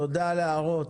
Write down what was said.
תודה על ההערות.